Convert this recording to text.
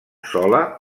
sola